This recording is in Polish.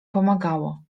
pomagało